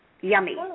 yummy